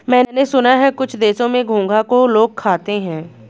मैंने सुना है कुछ देशों में घोंघा को लोग खाते हैं